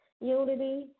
unity